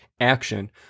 action